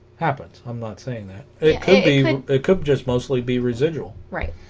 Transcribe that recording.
happens i'm not saying that it can't mean they cook just mostly be residual right